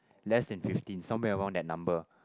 less than fifteen somewhere around that number